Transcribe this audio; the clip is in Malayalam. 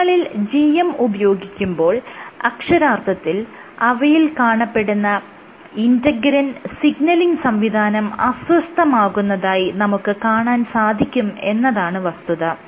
കോശങ്ങളിൽ GM ഉപയോഗിക്കുമ്പോൾ അക്ഷരാർത്ഥത്തിൽ അവയിൽ കാണപ്പെടുന്ന ഇന്റെഗ്രിൻ സിഗ്നലിങ് സംവിധാനം അസ്വസ്ഥമാകുന്നതായി നമുക്ക് കാണാൻ സാധിക്കും എന്നതാണ് വസ്തുത